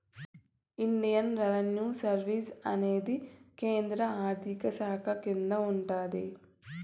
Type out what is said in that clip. Indian revenue service అనేది కేంద్ర ఆర్థిక శాఖ కింద ఉంటాది